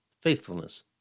faithfulness